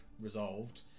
resolved